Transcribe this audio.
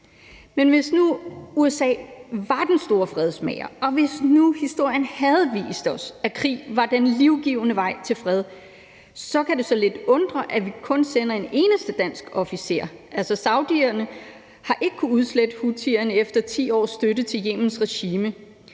Men hvis nu USA var den store fredsmager, og hvis nu historien havde vist os, at krig var den livgivende vej til fred, så kan det undre lidt, at vi kun sender en enkelt dansk officer. Saudierne har ikke kunnet udslette Houthierne efter 10 års støtte til Yemens regime.